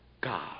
God